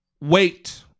wait